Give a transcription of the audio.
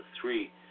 three